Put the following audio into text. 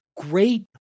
great